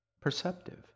perceptive